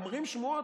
אומרות שמועות,